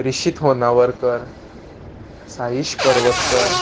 Rishit Honnavarkar Saish Parvatkar